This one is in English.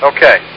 Okay